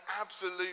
absolute